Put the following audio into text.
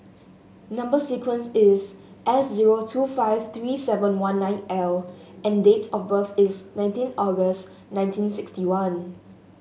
number sequence is S zero two five three seven one nine L and date of birth is nineteen August nineteen sixty one